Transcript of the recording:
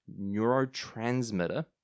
neurotransmitter